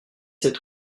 sept